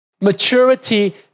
Maturity